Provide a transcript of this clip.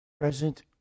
present